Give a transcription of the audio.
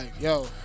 yo